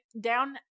down